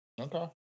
Okay